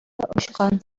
очкан